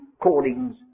callings